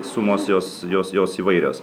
sumos jos jos jos įvairios